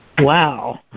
Wow